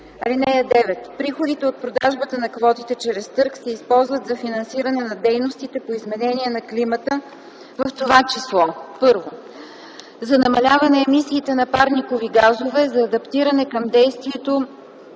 (9) Приходите от продажбата на квотите чрез търг се използват за финансиране на дейностите по изменение на климата, в т.ч.: 1. за намаляване емисиите на парникови газове, за адаптиране към въздействието